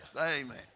Amen